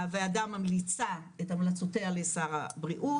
הוועדה ממליצה את המלצותיה לשר הבריאות,